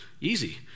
easy